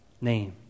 name